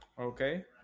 okay